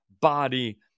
body